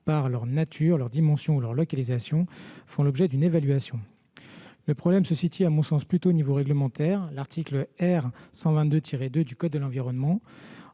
par « leur nature, leur dimension ou leur localisation » font l'objet d'une évaluation. Le problème se situe, à mon sens, plutôt au niveau réglementaire, l'article R. 122-2 du code de l'environnement